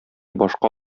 башка